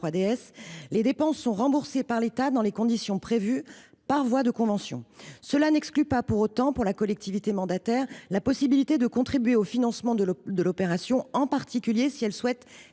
les dépenses sont remboursées par l’État dans les conditions prévues par voie de convention. Pour autant, cela n’exclut pas la possibilité, pour la collectivité mandataire, de contribuer au financement de l’opération, en particulier si elle souhaite